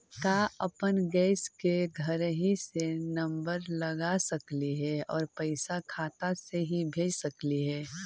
का अपन गैस के घरही से नम्बर लगा सकली हे और पैसा खाता से ही भेज सकली हे?